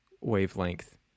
wavelength